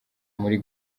muri